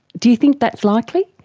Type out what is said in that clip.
do you think that's likely?